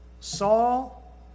Saul